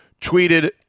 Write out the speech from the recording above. tweeted